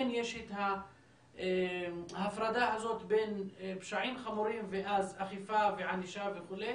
יש את ההפרדה הזאת בין פשעים חמורים ואז אכיפה וענישה וכו'